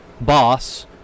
boss